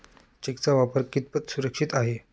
चेकचा वापर कितपत सुरक्षित आहे?